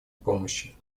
помощи